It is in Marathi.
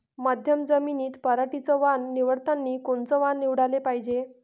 मध्यम जमीनीत पराटीचं वान निवडतानी कोनचं वान निवडाले पायजे?